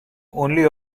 only